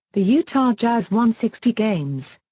the utah jazz won sixty games.